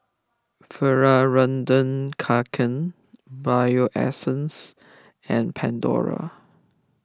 Fjallraven Kanken Bio Essence and Pandora